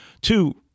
two